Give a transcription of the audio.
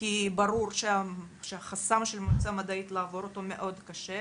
כי ברור שהחסם --- מדעית לעבור אותו מאוד קשה.